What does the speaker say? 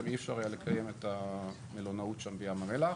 גם אי אפשר היה לקיים את המלונאות שם בים המלח.